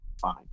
fine